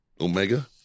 Omega